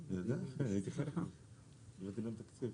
בדיוק הייתי בוועדת כספים